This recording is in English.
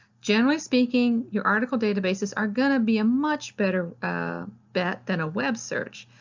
generally speaking, your article databases are gonna be a much better bet than a web search,